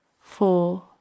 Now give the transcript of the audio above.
Four